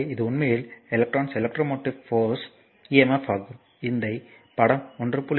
எனவே இது உண்மையில் எஸ்ட்டேர்னல் எலக்ட்ரோமோட்டிவ் ஃபோர்ஸ் emf ஆகும் இதை படம் 1